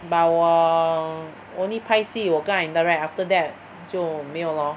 but 我 only 拍戏我跟她 interact after that 就没有 lor